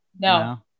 No